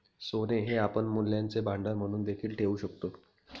सोने हे आपण मूल्यांचे भांडार म्हणून देखील ठेवू शकतो